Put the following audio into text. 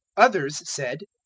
others said,